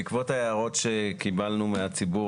ההערות שקיבלנו מהציבור,